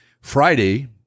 Friday